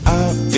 out